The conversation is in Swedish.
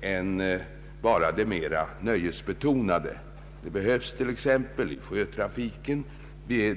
än bara det mera nöjesbetonade. Det behövs t.ex. i sjötrafiken.